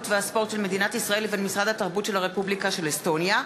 והספורט של מדינת ישראל לבין משרד התרבות של הרפובליקה של אסטוניה,